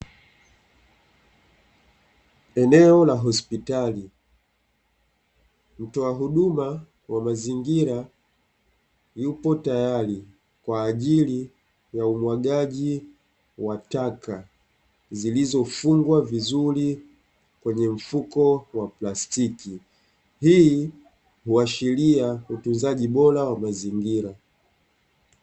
Eneo la hospitali mtoa huduma wa mazingira yupo tayari kwa ajili ya umwagaji wa taka, zilizofungwa vizuri kwenye mfuko wa plastiki hii huashiria utunzaji bora wa mazingira.